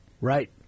Right